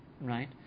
right